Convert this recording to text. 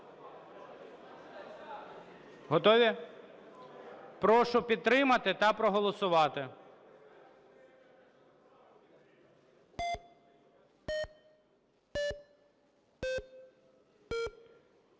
Готові? Прошу підтримати та проголосувати.